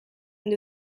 and